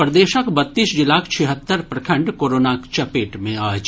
प्रदेशक बत्तीस जिलाक छिहत्तर प्रखंड कोरोनाक चपेट मे अछि